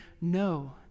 no